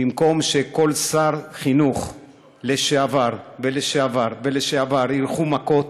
במקום שכל שרי החינוך לשעבר ולשעבר ולשעבר ילכו מכות,